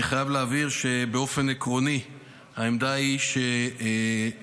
אני חייב להבהיר שבאופן עקרוני העמדה היא שכמשרד